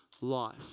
life